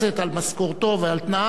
על משכורתו ועל תנאיו,